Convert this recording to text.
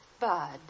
Bud